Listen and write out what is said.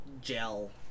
gel